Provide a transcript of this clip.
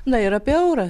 na ir apie eurą